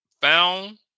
Found